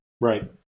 right